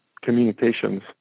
communications